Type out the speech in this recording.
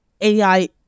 AI